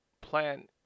plan